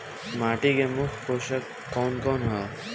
माटी में मुख्य पोषक कवन कवन ह?